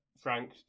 Frank